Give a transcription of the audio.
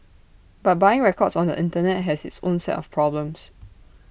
but buying records on the Internet has its own set of problems